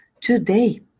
Today